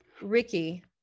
Ricky